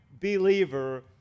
believer